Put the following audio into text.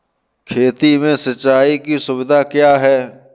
खेती में सिंचाई की सुविधा क्या है?